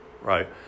right